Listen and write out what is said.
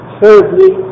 thirdly